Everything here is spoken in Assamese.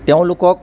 তেওঁলোকক